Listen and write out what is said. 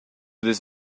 this